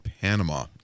Panama